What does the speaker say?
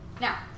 Now